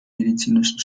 medizinischen